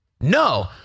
No